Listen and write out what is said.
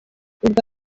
ubwo